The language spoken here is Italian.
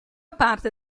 parte